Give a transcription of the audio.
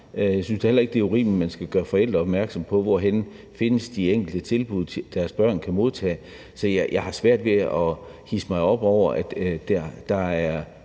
Jeg synes da heller ikke, det er urimeligt, at man skal kunne gøre forældre opmærksomme på, hvorhenne de enkelte tilbud, deres børn kan modtage, findes. Så jeg har svært ved at hidse mig op over, at der er